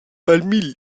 parmi